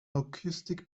acoustic